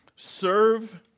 Serve